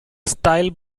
style